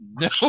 no